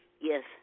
Yes